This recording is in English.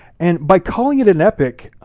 and by calling it an epic,